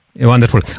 Wonderful